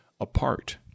apart